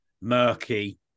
Murky